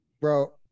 bro